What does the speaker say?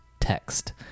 text